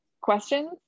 questions